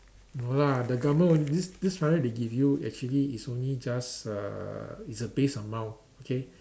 no lah the government won't this this money they give you actually is only just uh is a base amount okay